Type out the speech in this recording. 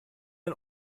ein